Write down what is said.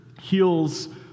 heals